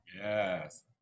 Yes